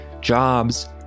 jobs